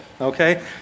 Okay